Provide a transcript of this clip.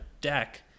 deck